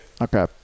Okay